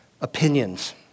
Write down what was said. Opinions